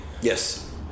Yes